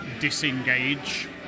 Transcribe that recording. disengage